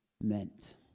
meant